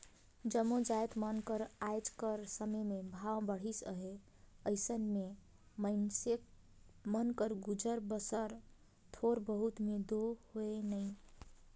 जम्मो जाएत मन कर आएज कर समे में भाव बढ़िस अहे अइसे में मइनसे मन कर गुजर बसर थोर बहुत में दो होए नई